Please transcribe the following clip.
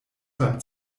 beim